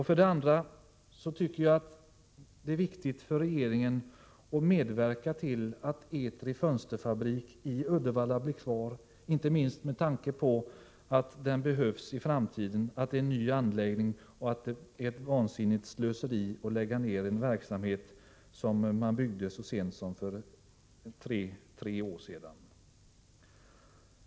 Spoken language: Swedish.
För det andra är det viktigt för regeringen att medverka till att Etri Fönster i Uddevalla blir kvar, inte minst med tanke på att fabriken behövs i framtiden, att det är en ny anläggning och att det är ett vansinnigt slöseri att lägga ned en verksamhet som man byggde upp så sent som för tre år sedan.